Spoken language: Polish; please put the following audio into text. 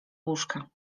łóżka